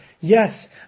Yes